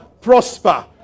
prosper